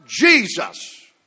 Jesus